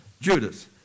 Judas